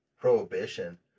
prohibition